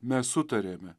mes sutarėme